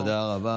תודה רבה.